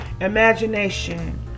Imagination